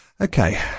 Okay